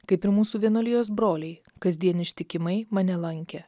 kaip ir mūsų vienuolijos broliai kasdien ištikimai mane lankę